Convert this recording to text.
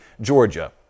Georgia